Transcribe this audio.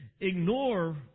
ignore